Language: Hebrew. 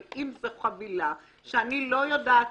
אבל אם זו חבילה שאני לא יודעת